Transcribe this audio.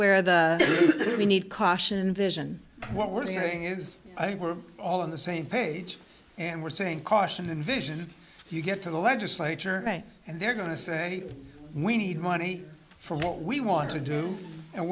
where the we need caution vision what we're saying is i think we're all on the same page and we're saying caution and vision you get to the legislature right and they're going to say we need money for what we want to do and